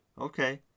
Okay